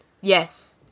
Yes